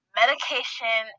medication